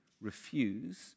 refuse